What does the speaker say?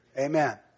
Amen